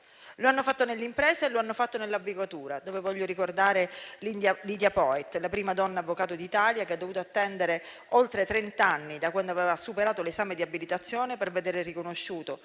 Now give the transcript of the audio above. Lo hanno fatto nell'impresa e lo hanno fatto nell'avvocatura, dove voglio ricordare Lidia Poët, la prima donna avvocato d'Italia, che ha dovuto attendere oltre trent'anni da quando aveva superato l'esame di abilitazione per vedere riconosciuto